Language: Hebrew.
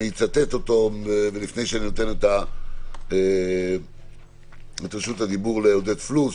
אני אצטט אותו לפני שאתן את רשות הדיבור לעודד פלוס